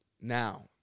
Now